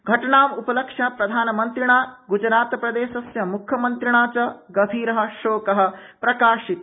घटनामुपलक्ष्य प्रधानमन्त्रिणा गुजरातप्रदेशस्य म्ख्यमन्त्रिणा च गभीर शोक प्रकाशित